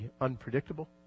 unpredictable